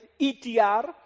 ETR